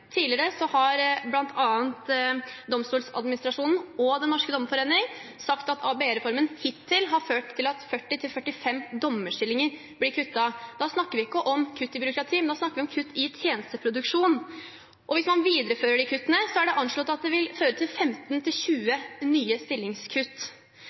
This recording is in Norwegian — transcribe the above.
Tidligere har bl.a. Domstoladministrasjonen og Den norske Dommerforening sagt at ABE-reformen hittil har ført til at 40–45 dommerstillinger blir kuttet. Da snakker vi ikke om kutt i byråkratiet, men om kutt i tjenesteproduksjonen. Hvis man viderefører de kuttene, er det anslått at det vil føre til 15–20 nye stillingskutt. Da er mitt spørsmål igjen: Hva får statsråden til